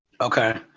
okay